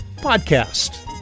Podcast